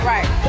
Right